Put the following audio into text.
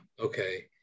Okay